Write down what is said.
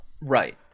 Right